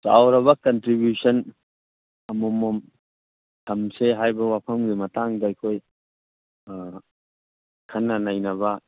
ꯆꯥꯎꯔꯕ ꯀꯟꯇ꯭ꯔꯤꯕꯤꯎꯁꯟ ꯑꯃꯃꯝ ꯊꯝꯁꯦ ꯍꯥꯏꯕ ꯋꯥꯐꯝꯒꯤ ꯃꯇꯥꯡꯗ ꯑꯩꯈꯣꯏ ꯈꯟꯅ ꯅꯩꯅꯕ